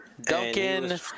duncan